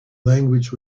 language